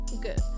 good